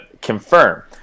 confirm